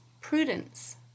prudence